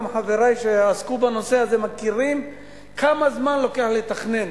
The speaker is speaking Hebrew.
וגם חברי שעסקו בנושא הזה יודעים כמה זמן לוקח לתכנן: